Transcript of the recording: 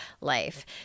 life